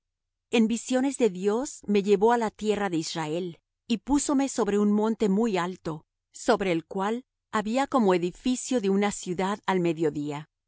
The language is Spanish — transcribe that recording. en visiones de dios me llevó á la tierra de israel y púsome sobre un monte muy alto sobre el cual había como edificio de una ciudad al mediodía